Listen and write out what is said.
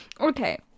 okay